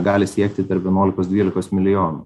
gali siekti tarp vienuolikos dvylikos milijonų